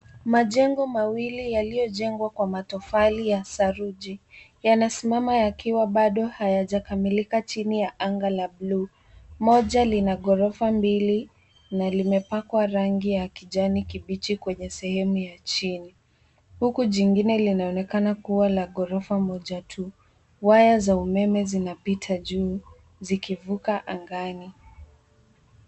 Majengo mawili yaliyojengwa kwa matofali ya saruji, yanasimama yakiwa bado hayajakamilika chini ya anga la bluu. Moja lina ghorofa mbili na limepakwa rangi ya kijani kibichi, kwenye sehemu ya chini, huku jingine linaonekana kuwa la ghorofa moja tu. Waya za umeme zinapita juu, zikivuka angani.